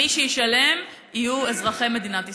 מי שישלמו יהיו אזרחי מדינת ישראל.